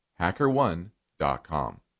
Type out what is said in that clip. HackerOne.com